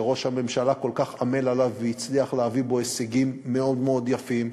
שראש הממשלה כל כך עמל עליו והצליח להביא בו הישגים מאוד מאוד יפים,